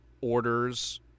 orders